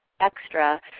extra